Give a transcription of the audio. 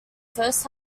first